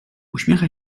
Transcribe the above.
uśmiecha